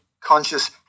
conscious